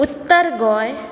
Uttar Goa